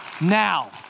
now